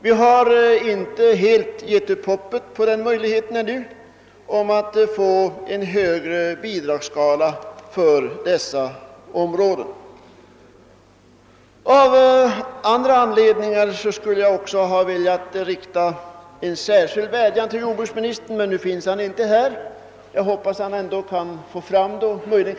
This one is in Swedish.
Vi har ännu inte helt givit upp hoppet om möjligheten att få en högre bidragsskala för dessa områden. Av andra anledningar skulle jag ha velat rikta ytterligare en vädjan till jordbruksministern — jag hoppas att han läser detta i protokollet.